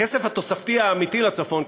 הכסף התוספתי האמיתי לצפון,